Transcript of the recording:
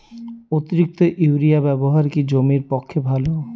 অতিরিক্ত ইউরিয়া ব্যবহার কি জমির পক্ষে ভালো?